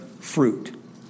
fruit